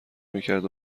میکرد